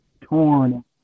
torn